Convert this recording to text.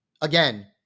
Again